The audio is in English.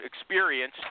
experience